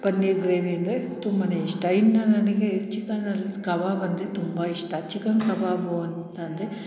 paneer gravy ಅಂದರೆ ತುಂಬನೇ ಇಷ್ಟ ಇನ್ನೂ ನನಗೆ ಚಿಕನಲ್ಲಿ ಕಬಾಬ್ ಅಂದರೆ ತುಂಬ ಇಷ್ಟ ಚಿಕನ್ ಕಬಾಬು ಅಂತ ಅಂದ್ರೆ